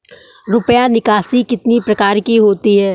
रुपया निकासी कितनी प्रकार की होती है?